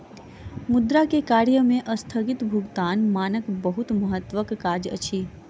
मुद्रा के कार्य में अस्थगित भुगतानक मानक बहुत महत्वक काज अछि